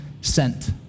sent